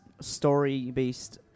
story-based